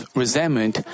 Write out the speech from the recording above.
resentment